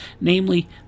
namely